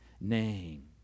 name